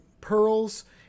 pearls